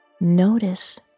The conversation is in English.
Notice